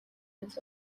his